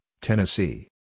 Tennessee